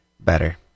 better